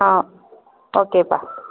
ஆமாம் ஓகேப்பா